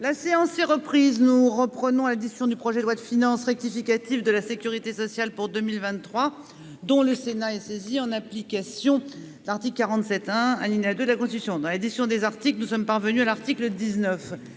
La séance est reprise nous reprenons la discussion du projet de loi de finances rectificative de la Sécurité sociale pour 2023 dont le Sénat et saisi en application. L'article 47, un alinéa de la Constitution dans l'édition des articles nous sommes parvenus à l'article 19.